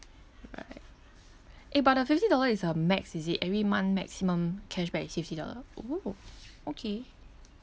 right eh but the fifty dollar is a max is it every month maximum cashback is fifty dollar !woo! okay